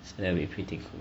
so that will be pretty cool